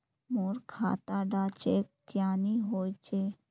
मोर खाता डा चेक क्यानी होचए?